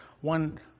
one